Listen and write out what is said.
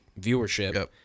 viewership